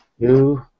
two